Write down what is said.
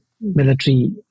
military